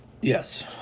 Yes